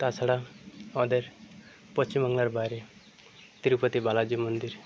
তাছাড়া আমাদের পশ্চিমবংলার বাইরে তিরুপতি বালাজি মন্দির